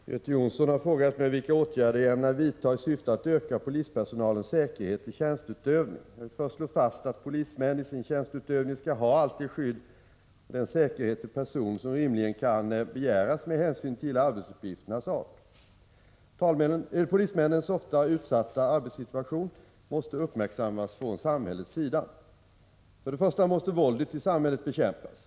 Herr talman! Göte Jonsson har frågat mig vilka åtgärder jag ämnar vidta i syfte att öka polispersonalens säkerhet vid tjänsteutövning. Jag vill först slå fast att polismän i sin tjänsteutövning skall ha allt det skydd och den säkerhet till person som rimligen kan begäras med hänsyn till arbetsuppgifternas art. Polismännens ofta utsatta arbetssituation måste uppmärksammas från samhällets sida. För det första måste våldet i samhället bekämpas.